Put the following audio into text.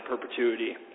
perpetuity